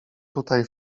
tutaj